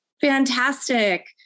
Fantastic